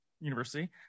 university